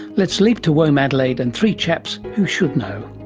let's leap to womadelaide and three chaps who should know.